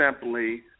simply